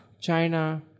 China